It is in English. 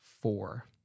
four